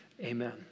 Amen